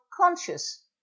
conscious